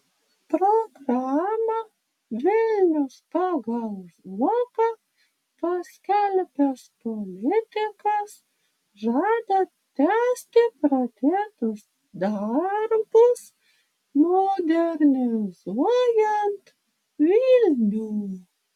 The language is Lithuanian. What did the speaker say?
programą vilnius pagal zuoką paskelbęs politikas žada tęsti pradėtus darbus modernizuojant vilnių